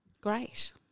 Great